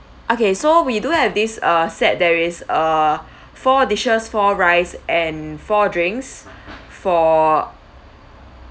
okay so we do have this uh set there is uh four dishes four rice and four drinks for